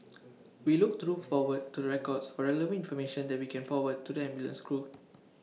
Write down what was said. we look through forward to records for relevant information that we can forward to the ambulance crew